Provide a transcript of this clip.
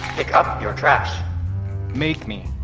pick up your trash make me